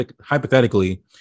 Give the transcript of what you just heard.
hypothetically